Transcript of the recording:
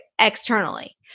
externally